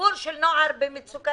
ציבור של נוער במצוקה